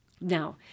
now